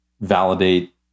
validate